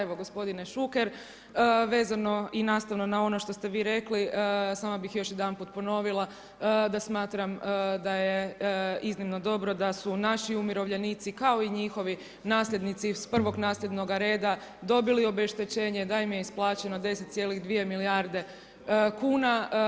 Evo gospodine Šuker, vezano i nastavno na ono što ste vi rekli, samo bih još jedanput ponovila, da smatram da je iznimno dobro, da su naši umirovljenici, kao i njihovi nasljednici, s prvog nasljednoga reda dobili obeštećenje da im je isplaćeno 10,2 milijarde kn.